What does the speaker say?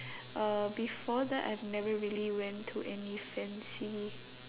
uh before that I've never really went to any fancy